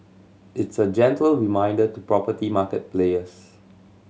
it's a gentle reminder to property market players